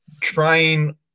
trying